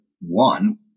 one